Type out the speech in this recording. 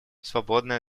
свободной